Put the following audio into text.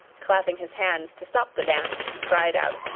clapping his hands to stop the dance, cried out,